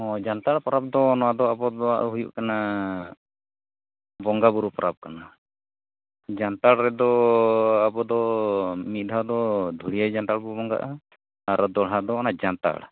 ᱦᱮᱸ ᱡᱟᱱᱛᱷᱟᱲ ᱯᱟᱨᱟᱵᱽᱫᱚ ᱱᱚᱣᱟᱫᱚ ᱟᱵᱚᱣᱟᱜᱫᱚ ᱦᱩᱭᱩᱜ ᱠᱟᱱᱟ ᱵᱚᱸᱜᱟᱵᱩᱨᱩ ᱯᱟᱨᱟᱵᱽ ᱠᱟᱱᱟ ᱡᱟᱱᱛᱷᱟᱲ ᱨᱮᱫᱚ ᱟᱵᱚᱫᱚ ᱢᱤᱫᱼᱫᱷᱟᱣᱫᱚ ᱫᱷᱩᱲᱤᱭᱟᱹ ᱡᱟᱱᱛᱷᱟᱲᱵᱚ ᱵᱚᱸᱜᱟᱜᱼᱟ ᱟᱨ ᱫᱚᱲᱦᱟᱫᱚ ᱚᱱᱟ ᱡᱟᱱᱛᱷᱟᱲ